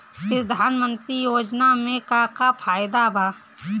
प्रधानमंत्री योजना मे का का फायदा बा?